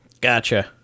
Gotcha